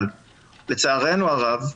אבל לצערנו הרב,